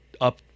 up